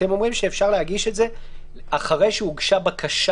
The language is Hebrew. אתם אומרים שאפשר להגיש את זה אחרי שהוגשה בקשה